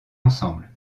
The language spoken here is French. ensemble